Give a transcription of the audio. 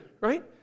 right